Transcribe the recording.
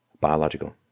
biological